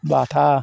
बाथा